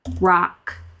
rock